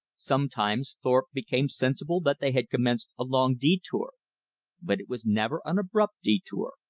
sometimes thorpe became sensible that they had commenced a long detour but it was never an abrupt detour,